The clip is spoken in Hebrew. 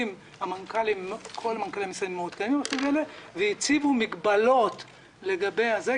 המשרדים מעודכנים והציבו מגבלות לגבי זה,